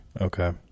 okay